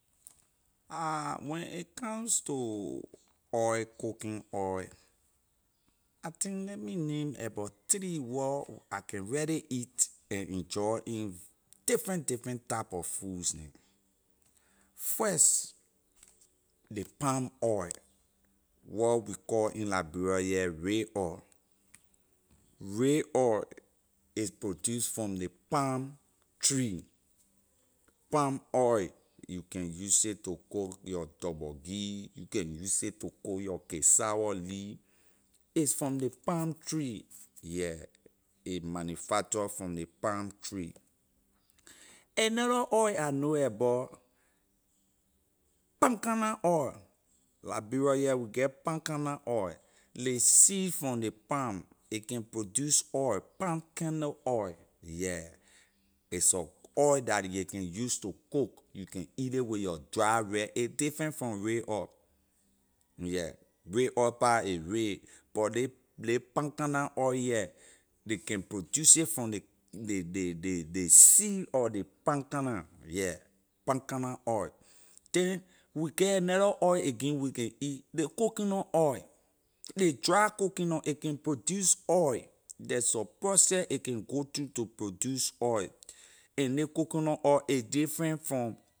when a comes to oil cooking oil I think leh me name abor three wor I can really eat and enjoy in different different type of foods neh first ley palm oil wor we call in liberia here ray oil, ray oil is produce from ley palm tree palm oil you can use it to cook your torborgee you can use it to cook your cassawor lee it’s from ley palm tree yeah a manufacture from ley palm tree another oil I know abor palm kernel oil liberia here we get palm kernel oil ley seed from ley palm a can produce oil palm kernel oil yeah it’s sor oil that ley can use to look you can eat ley with your dry rice a different from ray oil yeah ray oil pah a ray but ley ley palm kernel oil here ley can produce it from ley ley- ley- ley- ley seed of ley palm kernel yeah palm kernel oil then we get another oil again we can eat ley coconut oil ley dry coconut a can produce oil the sor process a can go through to produce oil and ley coconut oil a different from